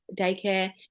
Daycare